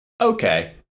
Okay